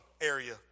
area